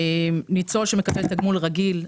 ניצול שמקבל תגמול רגיל,